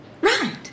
Right